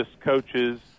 coaches